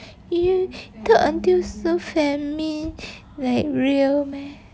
you talk until so feminine like real meh